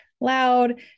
loud